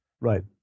right